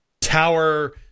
tower